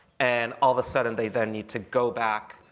and all of a sudden they they need to go back